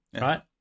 right